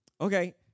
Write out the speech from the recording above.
Okay